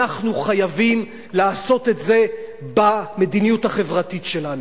אנחנו חייבים לעשות את זה במדיניות החברתית שלנו.